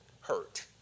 hurt